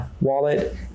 wallet